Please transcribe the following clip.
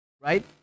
right